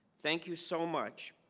thank you so much